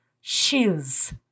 Shoes